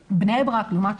ראיתי שבבני ברק לעומת